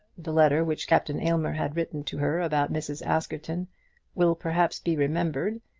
the letter which captain aylmer had written to her about mrs. askerton will perhaps be remembered,